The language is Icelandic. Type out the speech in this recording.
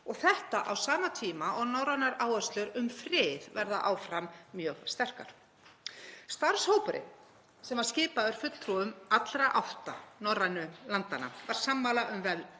og það á sama tíma og norrænar áherslur um frið verða áfram mjög sterkar. Starfshópurinn sem skipaður er fulltrúum allra átta norrænu landanna var sammála um